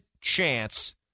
chance